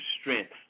strength